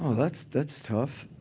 um that's that's tough. oh,